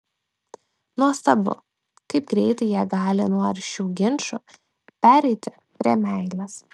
nuostabu kaip greitai jie gali nuo aršių ginčų pereiti prie meilės